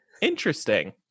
interesting